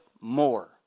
more